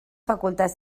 facultats